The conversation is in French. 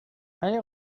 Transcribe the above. aller